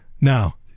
now